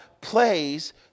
plays